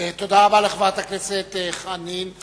תודה רבה לחברת הכנסת חנין,